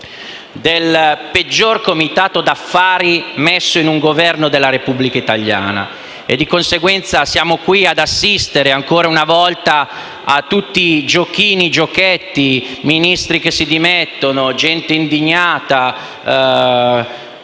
del peggior comitato d'affari messo in un Governo della Repubblica italiana. Di conseguenza, siamo qui ad assistere ancora una volta a tutti i giochini e giochetti, Ministri che si dimettono, gente indignata,